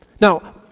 Now